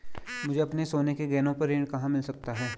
मुझे अपने सोने के गहनों पर ऋण कहाँ मिल सकता है?